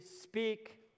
speak